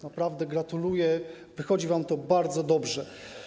Naprawdę gratuluję, wychodzi wam to bardzo dobrze.